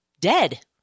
dead